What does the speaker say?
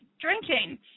drinking